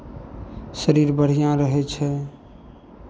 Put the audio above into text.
शरीर बढ़िआँ रहै छै